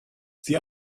the